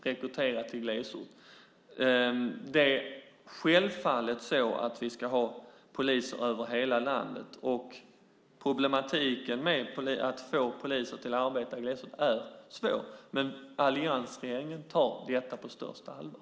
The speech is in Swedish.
Det är självfallet så att vi ska ha poliser över hela landet. Problematiken med att få poliser att arbeta i glesort är svår, men alliansregeringen tar detta på största allvar.